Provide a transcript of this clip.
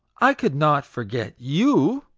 i could not forget you!